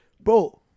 Bro